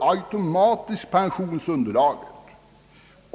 automatiskt stiger i och med att lönerna höjs.